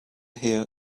hear